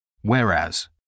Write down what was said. whereas